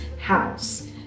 house